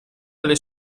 alle